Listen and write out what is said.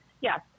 Yes